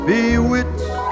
Bewitched